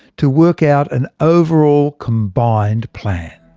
to work out an overall combined plan.